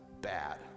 bad